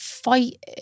fight